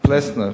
פלֶסנר.